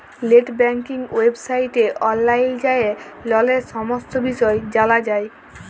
late banking ওয়েবসাইটে অললাইল যাঁয়ে ললের সমস্ত বিষয় জালা যায়